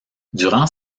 durant